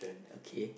okay